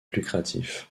lucratif